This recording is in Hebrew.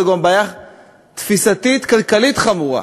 זו גם בעיה תפיסתית כלכלית חמורה.